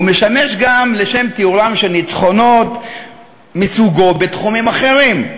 אבל הוא משמש גם לתיאורם של ניצחונות מסוגו בתחומים אחרים.